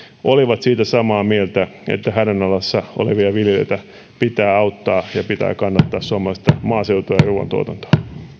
olivat samaa mieltä siitä että hädän alla olevia viljelijöitä pitää auttaa ja pitää kannattaa suomalaista maaseutua ja ruuantuotantoa